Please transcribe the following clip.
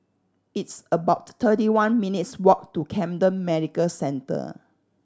it's about thirty one minutes' walk to Camden Medical Centre